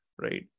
right